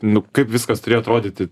nu kaip viskas turėjo atrodyti